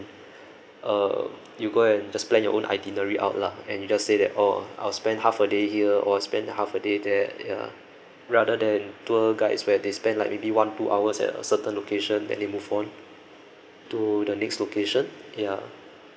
uh you go and just plan your own itinerary out lah and you just say that oh I'll spend half a day here or spend half a day there ya rather than tour guides where they spend like maybe one two hours at a certain location then they move on to the next location ya